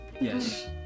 Yes